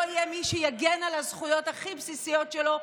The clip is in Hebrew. יהיה מי שיגן על הזכויות הכי בסיסיות שלהם,